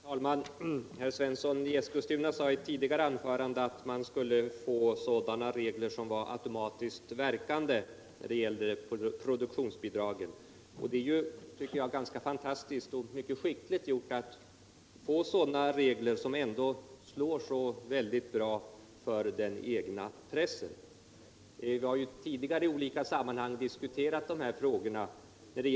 Herr talman! Herr Svensson i Eskilstuna sade i ett tidigare anförande att man skulle få regler för produktionsbidraget som var automatiskt verkande. Det är, tycker jag, ganska fantastiskt och mycket skickligt gjort att lyckas få sådana regler, som ändå slår så väldigt bra för den egna pressen! Vi har ju tidigare i olika sammanhang diskuterat de här frågorna.